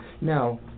Now